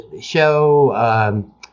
show